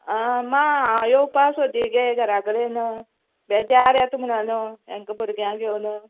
आ मां हांव येवपा सोदी गे घरा कडेन बेजार येता म्हणोनू हेंकां भुरग्यां घेवनू